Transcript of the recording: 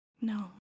no